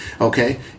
Okay